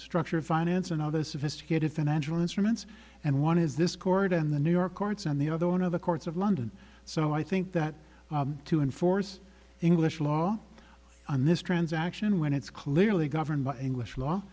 structured finance and other sophisticated financial instruments and one is this court and the new york courts and the other one of the courts of london so i think that to enforce english law on this transaction when it's clearly governed by english law